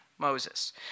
Moses